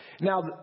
Now